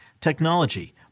technology